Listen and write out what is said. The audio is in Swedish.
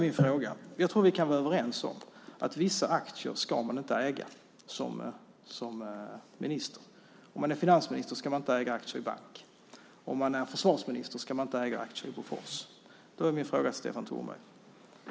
Jag tror att vi kan vara överens om att man som minister inte ska äga vissa aktier. Om man är finansminister ska man inte äga aktier i bank, om man är försvarsminister ska man inte äga aktier i Bofors.